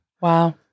Wow